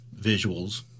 visuals